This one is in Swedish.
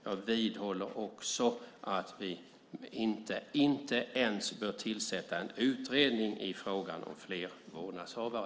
Jag vidhåller också att vi inte bör tillsätta en utredning i frågan om fler vårdnadshavare.